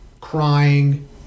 crying